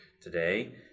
today